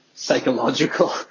psychological